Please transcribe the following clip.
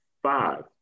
five